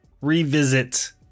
revisit